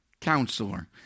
counselor